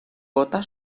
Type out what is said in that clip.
gota